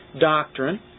doctrine